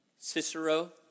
Cicero